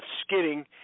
skidding